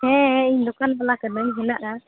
ᱦᱮᱸ ᱦᱮᱸ ᱤᱧ ᱫᱚᱠᱟᱱ ᱵᱟᱞᱟ ᱠᱟᱹᱱᱟᱹᱧ ᱦᱮᱱᱟᱜᱼᱟ